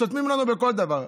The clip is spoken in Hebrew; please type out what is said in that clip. סותמים לנו בכל דבר.